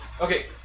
Okay